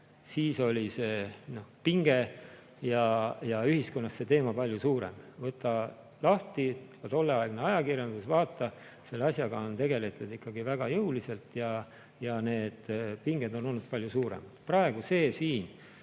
Siis oli see pinge ja ühiskonnas see teema palju suurem. Võta lahti tolleaegne ajakirjandus, vaata. Selle asjaga on tegeldud väga jõuliselt ja need pinged on olnud palju suuremad. Praegu see siin,